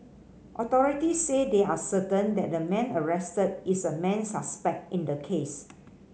authorities said they are certain that the man arrested is a main suspect in the case